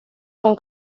con